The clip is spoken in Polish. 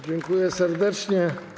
Dziękuję serdecznie.